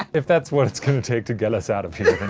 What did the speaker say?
if that's what it's gonna take to get us out of here,